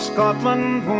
Scotland